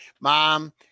Mom